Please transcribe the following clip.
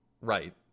Right